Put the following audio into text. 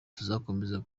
tuzakomeza